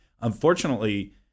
unfortunately